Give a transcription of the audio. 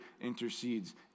intercedes